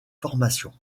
formation